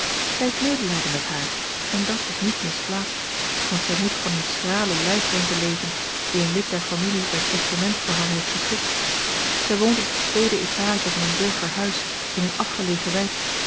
zij heeft medelijden met haar en dàt is niet misplaatst want zij moet van eene schrale lijfrente leven die een lid der familie bij testament voor haar heeft beschikt zij woont op de tweede étage van een burgerhuis in een afgelegen wijk